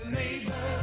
neighbor